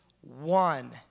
one